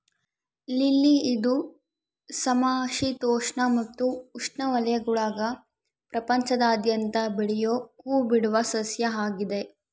lily ಇದು ಸಮಶೀತೋಷ್ಣ ಮತ್ತು ಉಷ್ಣವಲಯಗುಳಾಗ ಪ್ರಪಂಚಾದ್ಯಂತ ಬೆಳಿಯೋ ಹೂಬಿಡುವ ಸಸ್ಯ ಆಗಿದೆ